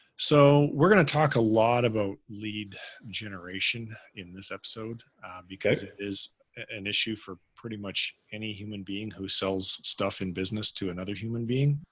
so we're going to talk a lot about lead generation in this episode because it is an issue for pretty much any human being who sells stuff in business to another human being.